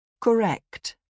Correct